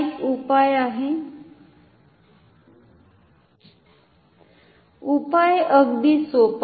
उपाय अगदी सोपा आहे